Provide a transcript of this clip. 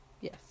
Yes